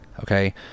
okay